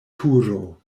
turo